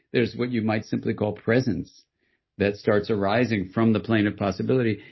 there's what you might simply call presence that starts arising from the plane of possibility.